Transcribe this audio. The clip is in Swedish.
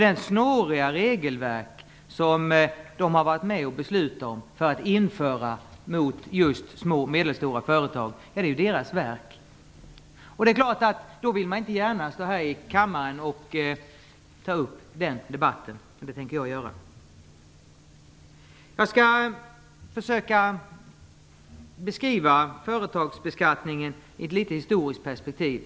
Det snåriga regelverk som de har varit med om att införa mot just små och medelstora företag är ju deras verk. Då vill man inte gärna stå här i kammaren och ta upp den debatten, men det tänker jag göra. Jag skall försöka beskriva företagsbeskattningen i ett litet historiskt perspektiv.